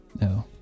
no